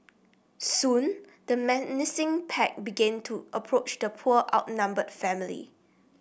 soon the menacing pack begin to approach the poor outnumbered family